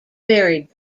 buried